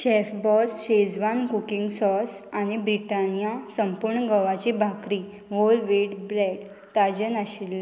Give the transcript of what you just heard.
शॅफबॉस schezwan cooking sauce आनी Britannia संपूर्ण गंवाची बाकरी होल व्हिट ब्रॅड ताजें नाशिल्लें